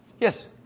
yes